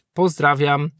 pozdrawiam